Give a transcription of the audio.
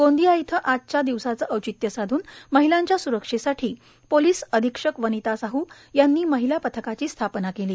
गोंदिया इथं आजच्या दिवशीचं औचित्य साधून महिलांच्या स्रक्षेसाठी पोलीस अधिक्षक वनिता साह यांनी महिला पथकाची स्थापना केली